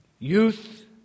Youth